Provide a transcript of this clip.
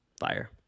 fire